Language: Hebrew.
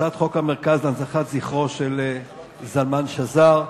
הצעת חוק המרכז להנצחת זכרו של זלמן שזר.